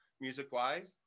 music-wise